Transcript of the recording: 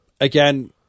again